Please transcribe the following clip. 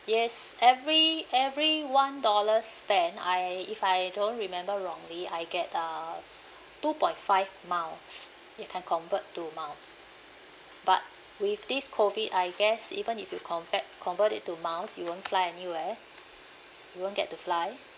yes every every one dollar spent I if I don't remember wrongly I get uh two point five miles you can convert to miles but with this COVID I guess even if you compare convert it to miles you won't fly anywhere you won't get to fly